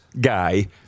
guy